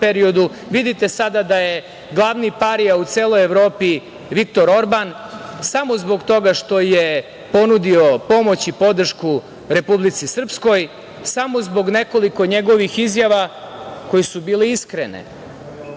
Vidite sada da je glavni parija u celoj Evropi Viktor Orban samo zbog toga što je ponudio pomoć i podršku Republici Srpskoj, samo zbog nekoliko njegovih izjava koje su bile iskrene…